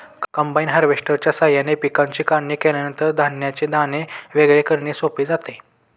combine हार्वेस्टरच्या साहाय्याने पिकांची काढणी केल्यानंतर धान्याचे दाणे वेगळे करणे सोपे जाते